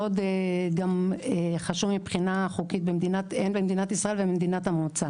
וחשוב מבחינה חוקית במדינת המוצא ובמדינת ישראל.